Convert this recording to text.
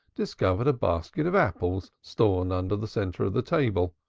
discovered a basket of apples stored under the centre of the table,